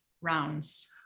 rounds